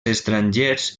estrangers